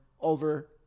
over